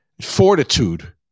fortitude